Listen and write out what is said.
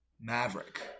Maverick